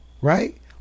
right